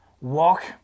walk